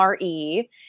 RE